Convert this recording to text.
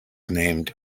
named